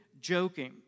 joking